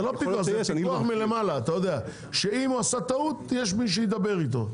זה פיקוח מלמעלה, שאם עשה טעות יש מי שידבר איתו.